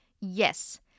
Yes